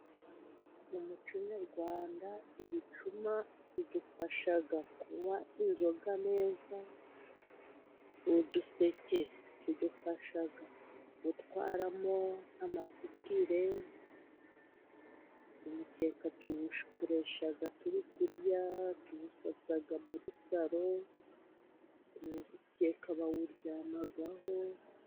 Mu muco nyarwanda ibicuma bidufasha kunywa inzoga neza, uduseke tudufasha gutwaramo amapfukire, umukeka tuwukoreshe turi kurya, tuwusasa muri saro, umukeka bawuryamaho.